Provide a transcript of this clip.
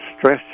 stress